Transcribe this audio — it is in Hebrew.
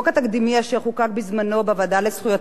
אשר חוקק בזמנו בוועדה לזכויות הילד,